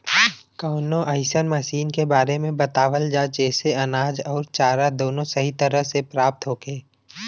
कवनो अइसन मशीन के बारे में बतावल जा जेसे अनाज अउर चारा दोनों सही तरह से प्राप्त होखे?